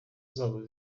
zabo